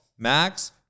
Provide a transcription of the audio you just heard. Max